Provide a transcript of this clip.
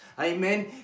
Amen